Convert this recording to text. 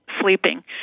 sleeping